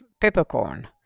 peppercorn